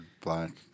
Black